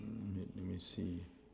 mm wait let me see